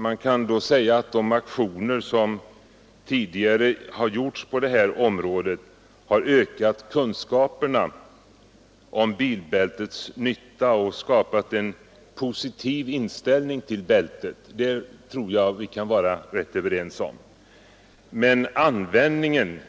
Man kan säga att de aktioner som tidigare gjorts på detta område har ökat kunskaperna om bilbältets nytta och skapat en positiv inställning till bältet. Det tror jag vi kan vara ganska överens om. Men användningen